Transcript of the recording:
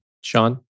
Sean